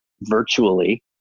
virtually